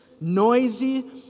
noisy